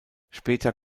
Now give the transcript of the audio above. später